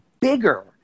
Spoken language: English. bigger